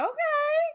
Okay